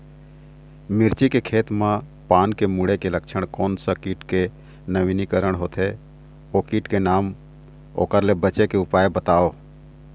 मिर्ची के खेती मा पान के मुड़े के लक्षण कोन सा कीट के नवीनीकरण होथे ओ कीट के नाम ओकर ले बचे के उपाय बताओ?